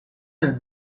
del